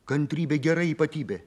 kantrybė gera ypatybė